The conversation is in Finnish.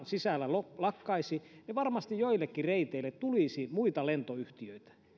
sisällä lakkaisi niin varmasti joillekin reiteille tulisi muita lentoyhtiöitä